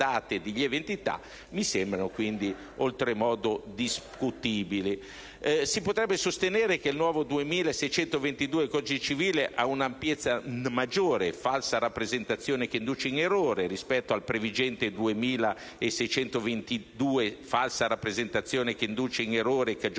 Si potrà sostenere che il nuovo articolo 2622 ha un'ampiezza maggiore (falsa rappresentazione che induce in errore) rispetto al previgente 2622 (falsa rappresentazione che induce in errore e cagiona danno)